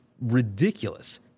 ridiculous